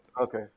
Okay